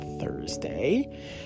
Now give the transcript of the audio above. Thursday